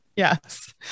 Yes